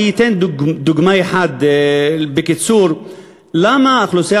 אני אתן דוגמה אחת בקיצור למה האוכלוסייה